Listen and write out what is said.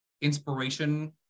inspiration